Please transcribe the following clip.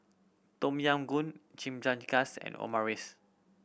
Tom Yam Goong Chimichangas and Omurice